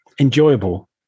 enjoyable